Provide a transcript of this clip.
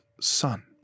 son